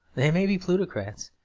they may be plutocrats,